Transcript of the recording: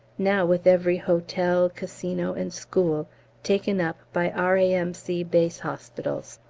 now with every hotel, casino, and school taken up by r a m c. base hospitals.